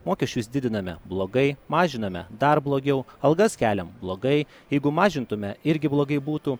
mokesčius didiname blogai mažiname dar blogiau algas keliam blogai jeigu mažintume irgi blogai būtų